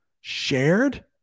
shared